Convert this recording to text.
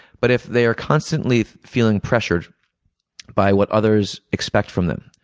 but if they are constantly feeling pressured by what others expect from them,